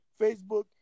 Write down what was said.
Facebook